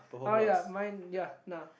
oh ya mine ya nah